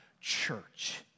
church